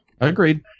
Agreed